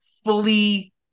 fully